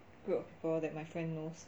group people that my friend knows